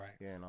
right